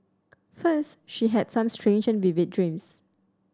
first she had some strange and vivid dreams